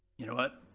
you know what?